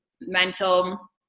mental